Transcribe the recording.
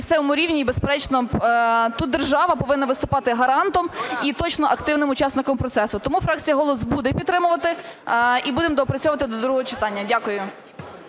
І безперечно, тут держава повинна виступати гарантом і точно активним учасником процесу. Тому фракція "Голос" буде підтримувати і будемо доопрацьовувати до другого читання. Дякую.